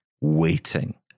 waiting